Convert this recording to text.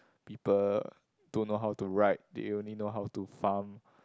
people don't know how to write they only know how to farm